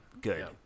Good